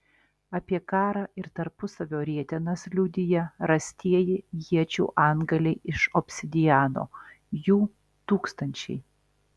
apie karą ir tarpusavio rietenas liudija rastieji iečių antgaliai iš obsidiano jų tūkstančiai